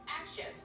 action